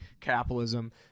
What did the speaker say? capitalism